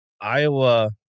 Iowa